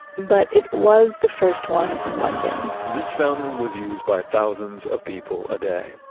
but it was the first one in london this fountain was used by thousands of people a day.